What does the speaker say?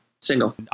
single